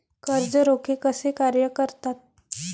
कर्ज रोखे कसे कार्य करतात?